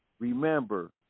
Remember